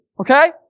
okay